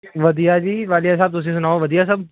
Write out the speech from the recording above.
ਵਧੀਆ ਜੀ ਵਾਲੀਆ ਸਾਹਿਬ ਤੁਸੀਂ ਸੁਣਾਓ ਵਧੀਆ ਸਭ